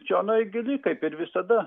čionai gili kaip ir visada